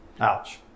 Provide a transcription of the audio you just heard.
Ouch